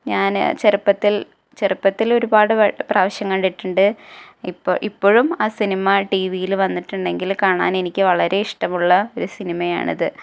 ഞാൻ ചെറുപ്പത്തിൽ ചെറുപ്പത്തിലൊരുപാട് പ്രാവശ്യം കണ്ടിട്ടുണ്ട് ഇപ്പോൾ ഇപ്പഴും ആ സിനിമ ടീ വിയിൽ വന്നിട്ടുണ്ടെങ്കിൽ കാണാൻ എനിക്ക് വളരെ ഇഷ്ടമുള്ള ഒരു സിനിമയാണത്